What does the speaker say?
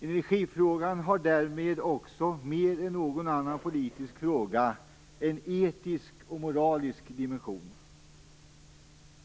Energifrågan har därmed också mer än någon annan politisk fråga en etisk och moralisk dimension.